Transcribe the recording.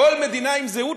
כל מדינה עם זהות,